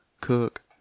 cook